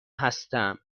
هستم